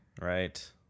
Right